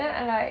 ya